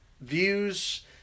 views